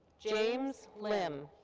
james lim.